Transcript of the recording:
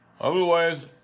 Otherwise